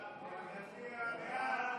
ההצעה להעביר את הצעת